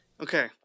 Okay